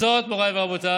זאת, מוריי ורבותיי,